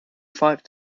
five